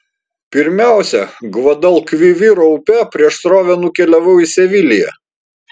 pirmiausia gvadalkviviro upe prieš srovę nukeliavau į seviliją